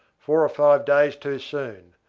four or five days too soon,